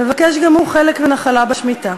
מבקש גם הוא חלק ונחלה בשמיטה.